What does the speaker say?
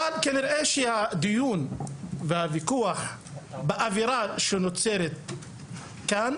אבל כנראה שהדיון והוויכוח באווירה שנוצרת כאן,